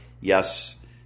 Yes